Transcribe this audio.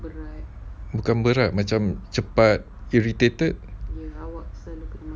bukan berat macam cepat irritated